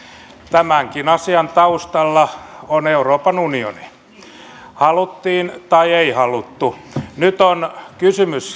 tämänkin asian taustalla on euroopan unioni haluttiin tai ei haluttu nyt on kysymys